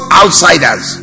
outsiders